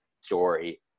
story